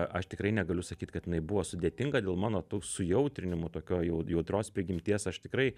aš tikrai negaliu sakyt kad jinai buvo sudėtinga dėl mano tų sujautrinimų tokio jau jautrios prigimties aš tikrai